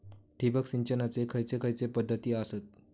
ठिबक सिंचनाचे खैयचे खैयचे पध्दती आसत?